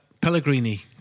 Pellegrini